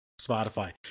Spotify